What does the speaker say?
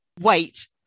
wait